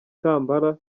kampala